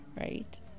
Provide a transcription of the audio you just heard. right